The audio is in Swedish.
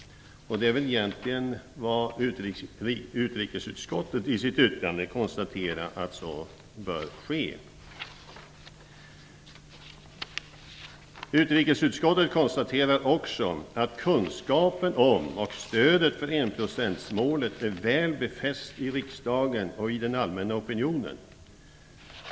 Utrikesutskottet konstaterar i sitt yttrande att så bör ske. Utrikesutskottet konstaterar också att kunskapen om och stödet för enprocentsmålet är väl befästa i riksdagen och i den allmänna opinionen.